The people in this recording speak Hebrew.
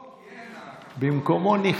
לא, כי, במקומו, ניחא.